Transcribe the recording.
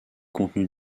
contenu